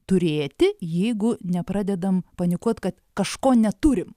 turėti jeigu nepradedam panikuot kad kažko neturim